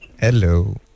Hello